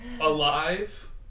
Alive